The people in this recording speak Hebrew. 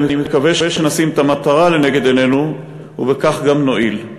אני מקווה שנשים את המטרה לנגד עינינו ובכך גם נועיל.